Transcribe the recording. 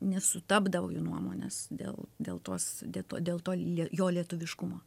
nesutapdavo jų nuomonės dėl dėl tos dėl to dėl to jo lietuviškumo